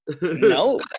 No